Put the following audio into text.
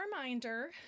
reminder